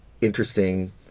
interesting